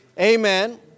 Amen